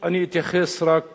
אני אתייחס רק